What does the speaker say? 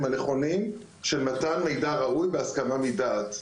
הנכונים של מתן מידע ראוי בהסכמה מדעת.